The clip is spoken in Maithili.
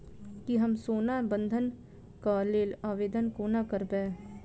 की हम सोना बंधन कऽ लेल आवेदन कोना करबै?